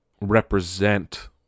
represent